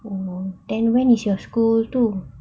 oh then when is your school too